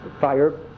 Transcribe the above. fire